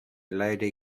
lady